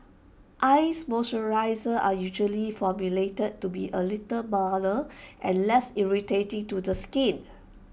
eyes moisturisers are usually formulated to be A little milder and less irritating to the skin